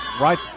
right